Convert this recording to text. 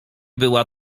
była